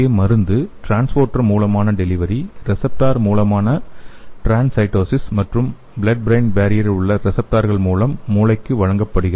இங்கே மருந்து டிரான்ஸ்போர்ட்டர் மூலமான டெலிவரி ரிசப்டார் மூலமான டிரான்ஸ்சைட்டோசிஸ் மற்றும் ப்ளட் ப்ரெயின் பேரியரில் உள்ள ரிசப்டார் கள் மூலம் மூளைக்கு வழங்கப்படும்